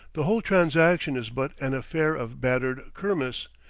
the whole transaction is but an affair of battered kermis,